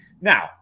Now